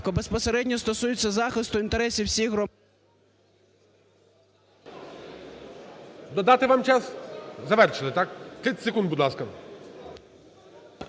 безпосередньо стосується захисту інтересів всіх громадян. ГОЛОВУЮЧИЙ. Додати вам час, завершити, так? 30 секунд, будь ласка.